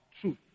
truth